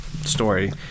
story